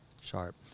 sharp